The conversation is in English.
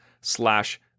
slash